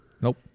Nope